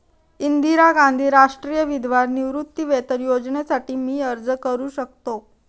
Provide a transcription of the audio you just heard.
इंदिरा गांधी राष्ट्रीय विधवा निवृत्तीवेतन योजनेसाठी मी अर्ज करू शकतो?